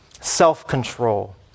self-control